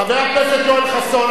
חבר הכנסת יואל חסון,